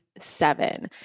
seven